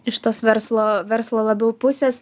iš tos verslo verslo labiau pusės